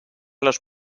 los